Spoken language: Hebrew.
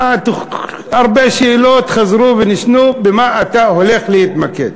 הרבה שאלות חזרו ונשנו: במה אתה הולך להתמקד?